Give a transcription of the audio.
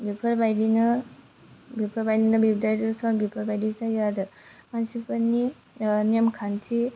बेफोरबायदिनो बिबिसाइ दरसन बेफोरबायदि जायो आरो मानसिफोरनि नेमखान्थि